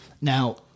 Now